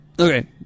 Okay